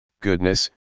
goodness